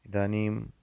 इदानीम्